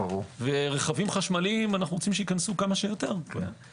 רכבים חשמליים אנו רוצים שייכנסו כמה שיותר.